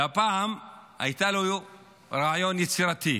והפעם היה לו רעיון יצירתי: